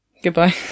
Goodbye